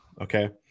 okay